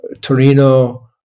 Torino